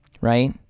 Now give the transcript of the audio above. right